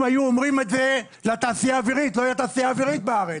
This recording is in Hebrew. אם היו אומרים את זה לתעשייה האווירית לא הייתה תעשייה אווירית בארץ.